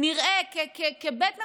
כבית מחוקקים,